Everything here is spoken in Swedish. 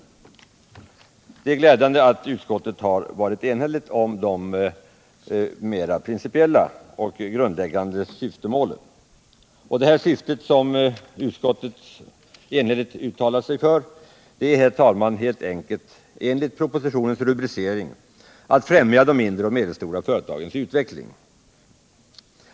Det är glädjande att utskottet varit enigt om det mer principiella och grundläggande syftemålet. Det här syftet som utskottet enhälligt uttalat sig för är, herr talman, enligt propositionens rubricering att främja de mindre och medelstora företagens utveckling.